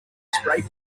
spray